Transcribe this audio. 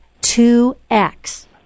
2X